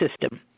System